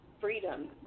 freedom